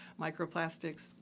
Microplastics